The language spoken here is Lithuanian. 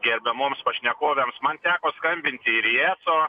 gerbiamoms pašnekovėms man teko skambinti ir į eso